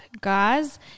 guys